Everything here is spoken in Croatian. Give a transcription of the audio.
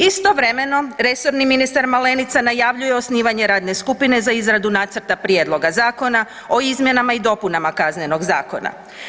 Istovremeno, resorni ministar Malenica najavljuje osnivanje radne skupine za izradu nacrta prijedloga zakona o izmjenama i dopunama Kaznenog zakona.